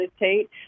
meditate